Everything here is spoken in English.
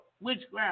witchcraft